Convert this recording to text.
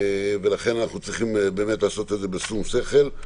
ולכן אנחנו צריכים באמת לעשות את זה בשום שכל.